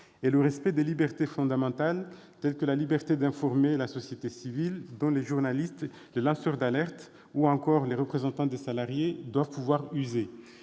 et le respect des libertés fondamentales, telles que la liberté d'informer la société civile, dont les journalistes, les lanceurs d'alerte ou encore les représentants des salariés doivent pouvoir user.